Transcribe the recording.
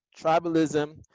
tribalism